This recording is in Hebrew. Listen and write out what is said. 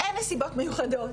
אין נסיבות מיוחדות,